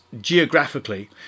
geographically